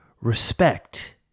Respect